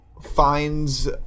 finds